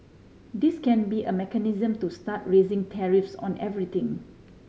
this can't be a mechanism to start raising tariffs on everything